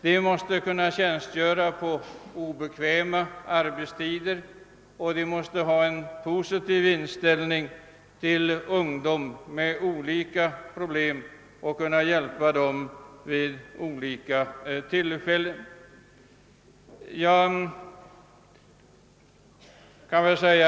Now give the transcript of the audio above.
De måste kunna tjänstgöra på obekväma arbetstider, ha en positiv inställning till ungdomar med olika problem och kunna hjälpa dem vid olika tillfällen.